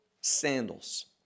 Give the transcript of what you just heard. sandals